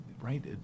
Right